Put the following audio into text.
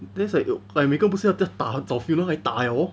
that's like like 每个不是要 just 打早 funeral 来打了 lor